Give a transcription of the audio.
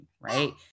right